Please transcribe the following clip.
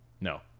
No